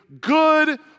good